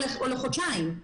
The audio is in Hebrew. או לחודשיים.